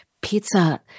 pizza